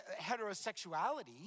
heterosexuality